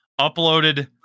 Uploaded